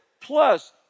plus